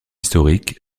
historiques